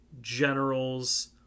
generals